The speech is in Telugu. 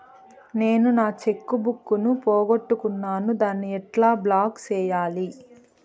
నేను నా చెక్కు బుక్ ను పోగొట్టుకున్నాను దాన్ని ఎట్లా బ్లాక్ సేయాలి?